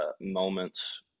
moments